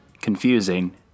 confusing